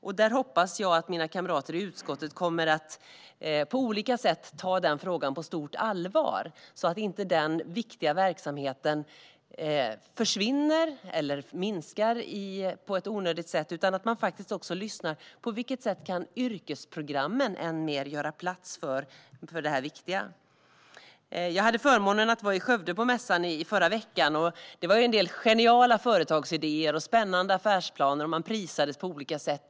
Jag hoppas att mina kamrater i utskottet kommer att ta den frågan på stort allvar så att denna viktiga verksamhet inte försvinner eller minskar på ett onödigt sätt. Man måste faktiskt lyssna på hur yrkesprogrammen kan göra än mer plats för detta viktiga. Jag hade förmånen att vara på mässan i Skövde i förra veckan, och det var en del geniala företagsidéer och spännande affärsplaner där. Man prisades på olika sätt.